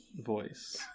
voice